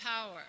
power